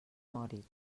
moritz